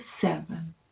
seven